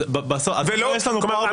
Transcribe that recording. כלומר,